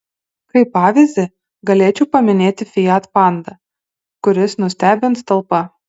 kaip pavyzdį galėčiau paminėti fiat panda kuris nustebins talpa